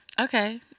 Okay